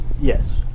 yes